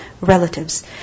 relatives